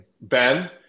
Ben